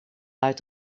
uit